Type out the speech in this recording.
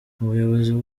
umuyobozi